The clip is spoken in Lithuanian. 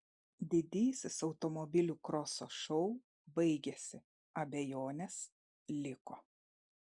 didysis automobilių kroso šou baigėsi abejonės liko